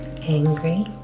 angry